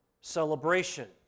celebration